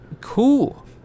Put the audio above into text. Cool